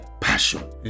passion